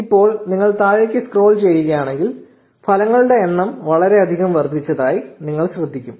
ഇപ്പോൾ നിങ്ങൾ താഴേക്ക് സ്ക്രോൾ ചെയ്യുകയാണെങ്കിൽ ഫലങ്ങളുടെ എണ്ണം വളരെയധികം വർദ്ധിച്ചതായി നിങ്ങൾ ശ്രദ്ധിക്കും